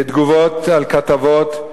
תגובות על כתבות,